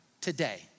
today